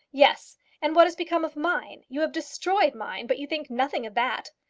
yes and what has become of mine? you have destroyed mine but you think nothing of that.